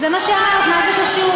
זה מה שאמרת, מה זה קשור.